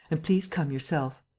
and please come yourself.